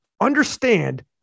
Understand